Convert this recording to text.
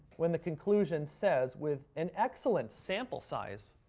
when the conclusion says, with an excellent sample size